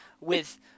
with-